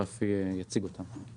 ורפי יציג אותם.